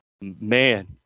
man